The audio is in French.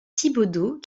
thibaudeau